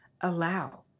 allow